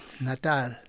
Natal